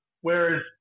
whereas